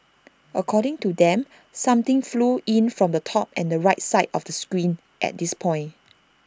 according to them something flew in from the top and the right side of the screen at this point